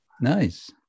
nice